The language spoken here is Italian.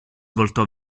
voltò